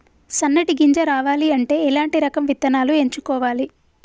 సన్నటి గింజ రావాలి అంటే ఎలాంటి రకం విత్తనాలు ఎంచుకోవాలి?